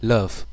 Love